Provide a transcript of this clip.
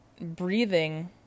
breathing